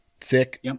thick